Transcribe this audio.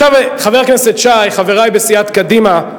חבר הכנסת שי, חברי בסיעת קדימה,